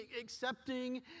accepting